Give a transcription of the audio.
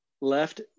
left